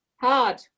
hard